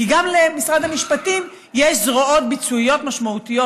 כי גם למשרד המשפטים יש זרועות ביצועיות משמעותיות,